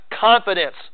confidence